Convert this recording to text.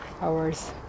hours